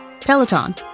Peloton